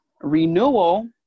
renewal